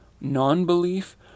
non-belief